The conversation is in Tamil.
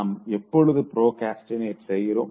நாம் எப்பொழுது ப்ரோக்ரஸ்டினேட் செய்றோம்